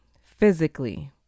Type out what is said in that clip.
physically